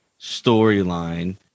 storyline –